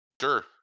Sure